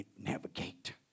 navigate